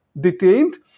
detained